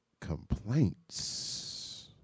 complaints